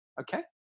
Okay